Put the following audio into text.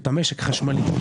משק חשמלי.